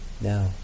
now